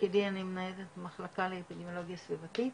בתפקידי אני מנהלת מחלקה לאפידמיולוגיה סביבתית,